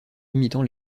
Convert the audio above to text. imitant